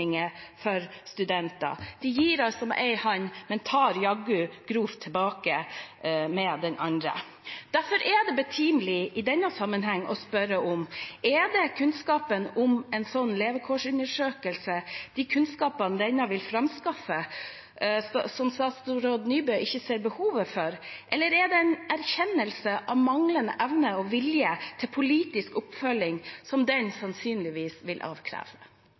for studentene. De gir altså med en hånd, men tar jaggu grovt tilbake med den andre. Derfor er det betimelig i denne sammenheng å spørre: Er det kunnskapen en slik levekårsundersøkelse vil framskaffe, som statsråd Nybø ikke ser behovet for? Eller er det en erkjennelse av manglende evne og vilje til politisk oppfølging som den sannsynligvis vil avkreve?